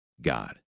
God